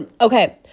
Okay